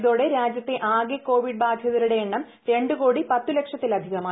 ഇതോടെ രാജ്യത്തെ ആകെ കോപ്പിഡ് ബാധിതരുടെ എണ്ണം രണ്ടു കോടി പത്തുലക്ഷത്തിലധികമായി്